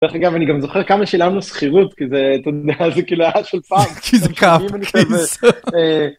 גם אני גם זוכר כמה שילמנו שחירות כי זה כאילו היה של פעם.